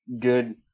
good